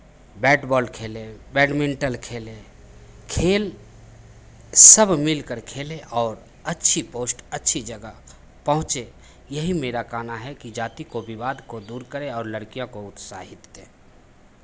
bat ball खेले badminton खेले खेल सब मिल कर खेलें और अच्छी पोस्ट अच्छी जगह पहुँचें यही मेरा कहना है कि जाति को विवाद को दूर करें और लड़कियों को उत्साहित दें